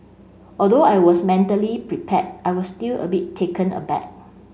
although I was mentally prepared I was still a bit taken aback